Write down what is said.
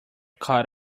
caught